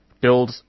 build